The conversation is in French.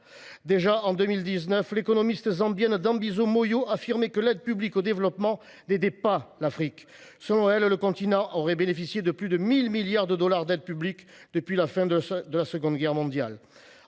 Dès 2009, l’économiste zambienne Dambisa Moyo affirmait que l’aide publique au développement n’aidait pas l’Afrique. Selon elle, le continent aurait bénéficié de plus de 1 000 milliards de dollars d’aides publiques depuis la fin de la Seconde Guerre mondiale.